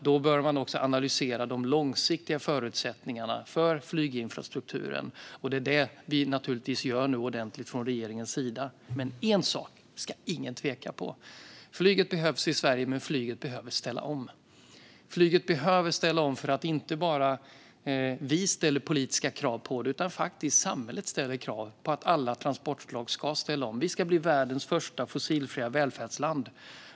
Då bör man också analysera de långsiktiga förutsättningarna för flyginfrastrukturen, och det är detta vi från regeringens sida nu gör ordentligt. Men en sak ska ingen tvivla på: Flyget behövs i Sverige, men flyget behöver ställa om. Flyget behöver ställa om - inte bara för att vi ställer politiska krav på det utan också för att samhället faktiskt ställer krav på att alla transportslag ska ställa om. Vi ska bli världens första fossilfria välfärdsland.